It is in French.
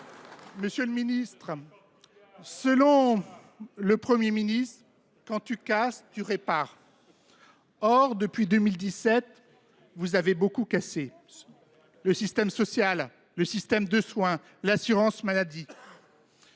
pour la réplique. Selon le Premier ministre, « quand tu casses, tu répares ». Or, depuis 2017, vous avez beaucoup cassé : le système social, le système de soins, l’assurance maladie